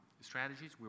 strategies